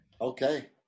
okay